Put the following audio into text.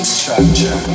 structure